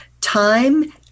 Time